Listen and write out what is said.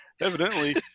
Evidently